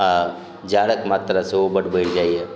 आ जाड़क मात्रा से ओ बढ़ि जाइया